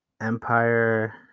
Empire